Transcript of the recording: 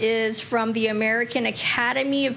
is from the american academy of